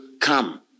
come